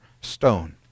stone